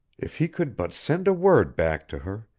if he could but send a word back to her,